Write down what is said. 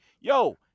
Yo